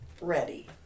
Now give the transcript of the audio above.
ready